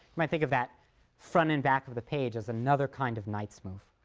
and i think of that front and back of the page as another kind of knight's move.